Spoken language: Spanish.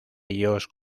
ellos